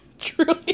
truly